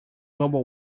global